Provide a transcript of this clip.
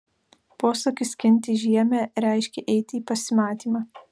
posakis skinti žiemę reiškė eiti į pasimatymą